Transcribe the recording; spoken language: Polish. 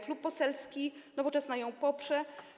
Klub Poselski Nowoczesna ją poprze.